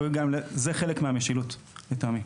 זה חלק מהמשילות, לטעמי.